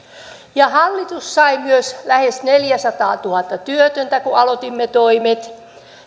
hallitus sai myös lähes neljäsataatuhatta työtöntä kun aloitimme toimet